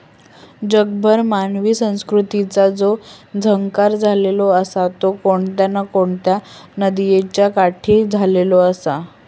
जगभर मानवी संस्कृतीचा जो इकास झालेलो आसा तो कोणत्या ना कोणत्या नदीयेच्या काठी झालेलो आसा